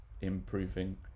improving